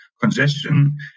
congestion